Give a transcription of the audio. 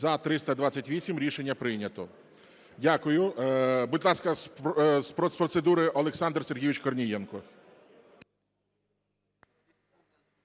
За-328 Рішення прийнято. Дякую. Будь ласка, з процедури Олександр Сергійович Корнієнко.